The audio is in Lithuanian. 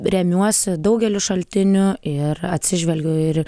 remiuosi daugeliu šaltinių ir atsižvelgiu ir